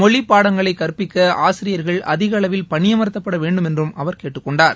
மொழிப்படங்களை கற்பிக்க ஆசிரியர்கள் அதிக அளவில் பணியமர்த்தப்பட வேண்டுமென்றும் அவர் கேட்டுக் கொண்டார்